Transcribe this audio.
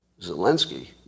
Zelensky